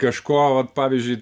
kažko ant pavyzdžiui